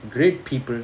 great people